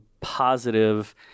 positive